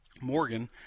Morgan